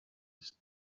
its